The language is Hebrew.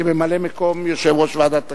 כממלא-מקום יושב-ראש ועדת הכנסת.